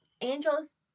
angels